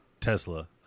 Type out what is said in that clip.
Tesla